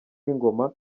w’ingoma